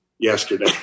yesterday